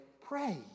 pray